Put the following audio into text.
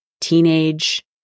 teenage